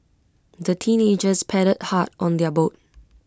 the teenagers paddled hard on their boat